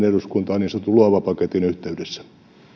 eduskuntaan niin sanotun luova paketin yhteydessä